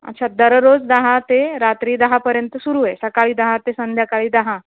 अच्छा दररोज दहा ते रात्री दहापर्यंत सुरू आहे सकाळी दहा ते संध्याकाळी दहा